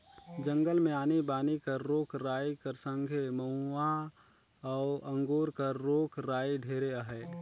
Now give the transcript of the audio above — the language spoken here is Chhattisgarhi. जंगल मे आनी बानी कर रूख राई कर संघे मउहा अउ अंगुर कर रूख राई ढेरे अहे